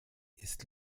ist